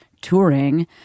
touring